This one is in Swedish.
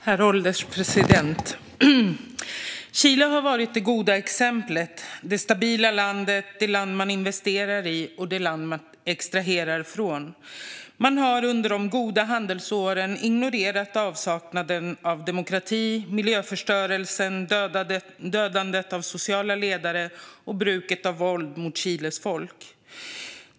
Herr ålderspresident! Chile har varit det goda exemplet, det stabila landet, det land man investerar i och det land man extraherar från. Man har under de goda handelsåren ignorerat avsaknaden av demokrati, miljöförstörelsen, dödandet av sociala ledare och bruket av våld mot Chiles folk.